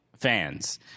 Fans